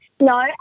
No